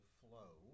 flow